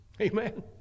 Amen